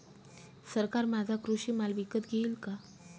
सरकार माझा कृषी माल विकत घेईल का?